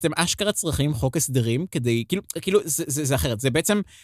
אתם אשכרה צריכים חוק הסדרים כדי, כאילו, זה אחרת, זה בעצם...